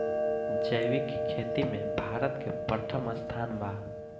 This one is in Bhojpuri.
जैविक खेती में भारत के प्रथम स्थान बा